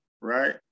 right